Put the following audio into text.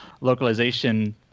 localization